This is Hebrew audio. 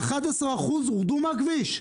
11% הורדו מהכביש.